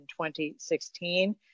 2016